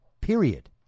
period